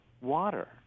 water